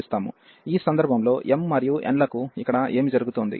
ఈ సందర్భంలో m మరియు nలకు ఇక్కడ ఏమి జరుగుతోంది